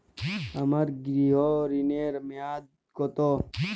আমার গৃহ ঋণের মেয়াদ কত?